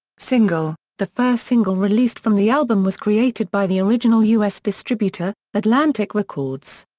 single the first single released from the album was created by the original us distributor, atlantic records.